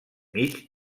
mig